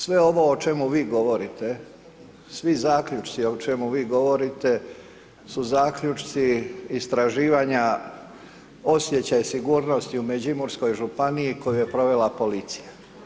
Sve ovo o čemu vi govorite, svi zaključci o čemu vi govorite su zaključci istraživanja, osjećaj sigurnosti u Međimurskoj županiji koju je provela policija.